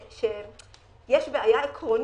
שיש בעיה עקרונית,